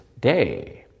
day